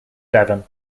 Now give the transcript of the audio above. devon